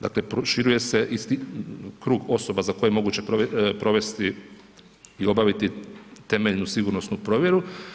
Dakle, proširuje se krug osoba za koje je moguće provesti i obaviti temeljnu sigurnosnu provjeru.